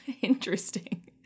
Interesting